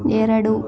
ಎರಡು